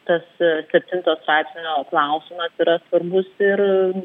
tas septinto straipsnio klausimas yra svarbus ir